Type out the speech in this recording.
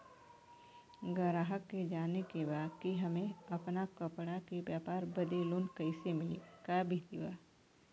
गराहक के जाने के बा कि हमे अपना कपड़ा के व्यापार बदे लोन कैसे मिली का विधि बा?